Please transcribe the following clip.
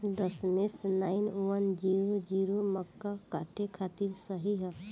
दशमेश nine one zero zero मक्का काटे खातिर सही ह?